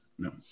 No